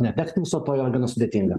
netekti viso to yra gana sudėtinga